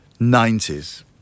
90s